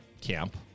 camp